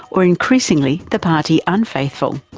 or increasing the the party unfaithful.